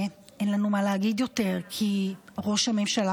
ואין לנו מה להגיד יותר, כי ראש הממשלה